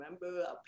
remember